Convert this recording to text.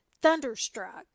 Thunderstruck